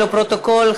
לפרוטוקול,